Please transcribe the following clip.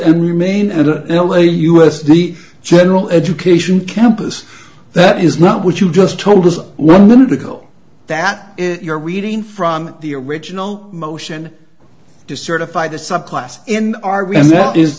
and remain at an elite u s the general education campus that is not what you just told us one minute ago that is your reading from the original motion to certify the subclass in our